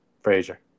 Frazier